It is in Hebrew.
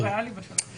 זה לא ריאלי בשלב הזה.